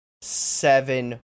seven